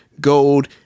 gold